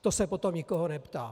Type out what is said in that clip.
To se potom nikoho neptá.